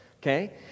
okay